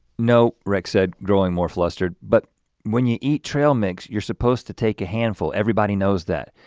no, rex said, growing more flustered, but when you eat trail mix you're supposed to take a handful, everybody knows that.